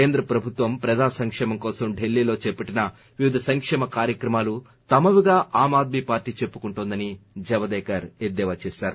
కేంద్ర ప్రభుత్వం ప్రజా సంకేమం కోసం ఢిల్లీలో చేపట్టిన వివిధ సంకేమ కార్యక్రమాలు తమవిగా ఆమ్ ఆద్మీ పార్లీ చెప్పుకుంటోందని ప్రకాష్ జవదేకర్ ఎద్దేవాచేశారు